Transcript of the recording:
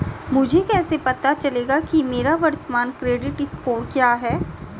मुझे कैसे पता चलेगा कि मेरा वर्तमान क्रेडिट स्कोर क्या है?